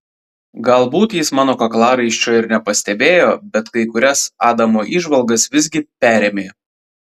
galbūt jis mano kaklaraiščio ir nepastebėjo bet kai kurias adamo įžvalgas visgi perėmė